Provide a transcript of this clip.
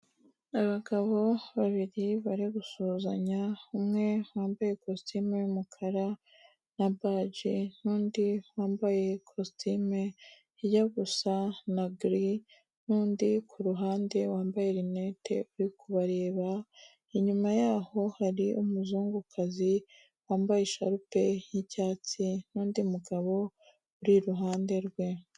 Abagabo babiri bari gusuzanya umwe wambaye ikositimu y'umukara na baje n'undi wambaye ikositimu ijya gusa na gereyi n'undi kuruhande wambaye rinete. Uri kubareba inyuma yaho hari umuzungukazi wambaye isharupe y'icyatsi n'undi mugabo uri iruhande rwe.